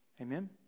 Amen